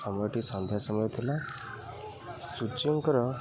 ସମୟଟି ସନ୍ଧ୍ୟା ସମୟ ଥିଲା ସୂଚୀଙ୍କର